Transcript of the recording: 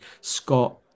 Scott